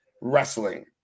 wrestling